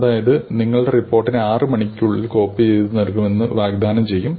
അതായത് നിങ്ങളുടെ റിപ്പോർട്ടിനെ 6 മണിക്കൂറിനുള്ളിൽ കോപ്പി ചെയ്തു തരുമെന്ന് ഞാൻ വാഗ്ദാനം ചെയ്യും